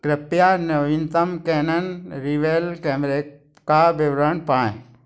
कृपया नवीनतम Canon Rebel कैमरे का विवरण पाएँ